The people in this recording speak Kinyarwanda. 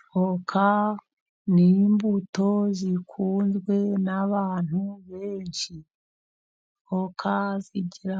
Avoka ni imbuto zikunzwe n'abantu benshi. Avoka zigira